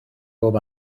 bob